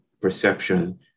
perception